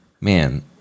man